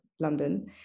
London